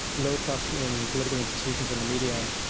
low trust in political institutions and the media,